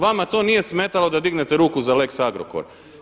Vama to nije smetalo da dignete ruku za lex Agrokor.